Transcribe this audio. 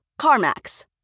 CarMax